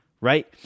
Right